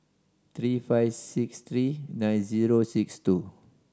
three five six three nine zero six two